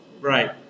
right